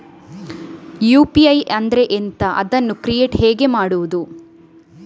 UPI ಅಂದ್ರೆ ಎಂಥ? ಅದನ್ನು ಕ್ರಿಯೇಟ್ ಹೇಗೆ ಮಾಡುವುದು?